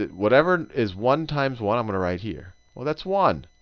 whatever is one times one i'm going to write here. well that's one.